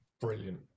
Brilliant